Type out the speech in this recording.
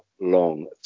long